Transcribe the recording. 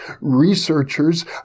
researchers